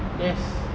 yes